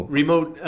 remote